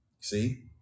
See